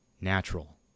natural